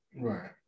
Right